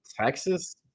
Texas